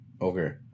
okay